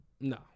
No